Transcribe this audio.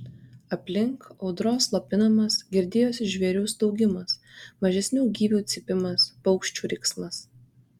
aplink audros slopinamas girdėjosi žvėrių staugimas mažesnių gyvių cypimas paukščių riksmas